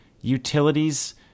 utilities